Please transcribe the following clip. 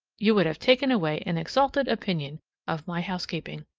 you would have taken away an exalted opinion of my housekeeping.